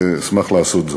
אשמח לעשות זאת.